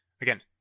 Again